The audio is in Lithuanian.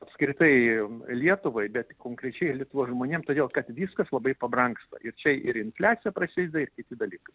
apskritai lietuvai bet konkrečiai ir lietuvos žmonėms todėl kad viskas labai pabrangs tuoj ir čia ir infliacija prasideda ir kiti dalykai